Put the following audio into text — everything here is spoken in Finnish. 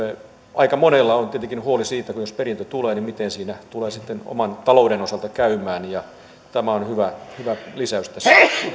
aika monella on tietenkin huoli siitä jos perintö tulee miten siinä tulee sitten oman talouden osalta käymään ja tämä on hyvä hyvä lisäys tässä